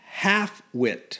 halfwit